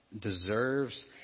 deserves